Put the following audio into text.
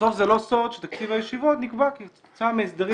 בסוף זה לא סוד שתקציב הישיבות נקבע כתוצאה מהסדרים